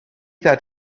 that